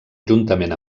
juntament